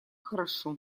хорошо